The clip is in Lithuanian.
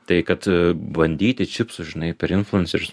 tai kad bandyti čipsus žinai per influencerius